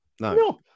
No